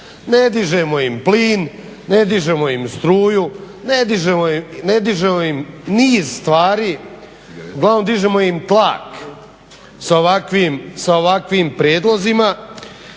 ne dižemo im plin, ne dižemo im struju, ne dižemo im niz stvari. Uglavnom dižemo im tlak sa ovakvim prijedlozima.